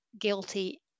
guilty